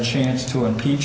chance to impeach